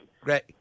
Great